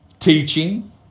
Teaching